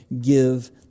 give